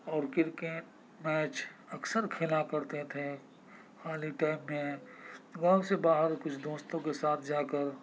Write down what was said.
اور cricket match اکثر کھیلا کرتے تھے خالی ٹائم میں بہت سے باہر کچھ دوستوں کے ساتھ جا کر